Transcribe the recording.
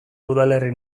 udalerri